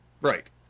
Right